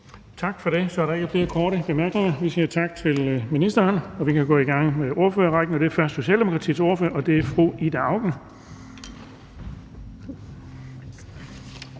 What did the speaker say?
Tak for det. Så er der ikke flere korte bemærkninger. Vi siger tak til ministeren, og vi kan gå i gang med ordførerrækken, og det er først Socialdemokratiets ordfører, og det er fru Ida Auken.